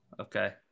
okay